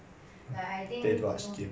ya it can last [one]